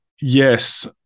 yes